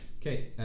Okay